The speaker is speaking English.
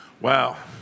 Wow